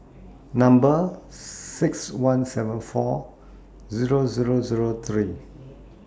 Number six one seven four Zero Zero Zero three